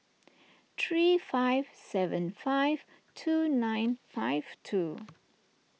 three five seven five two nine five two